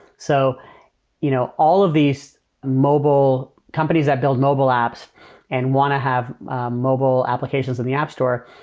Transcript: so you know all of these mobile companies that build mobile apps and want to have a mobile applications in the app store,